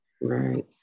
Right